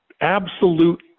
absolute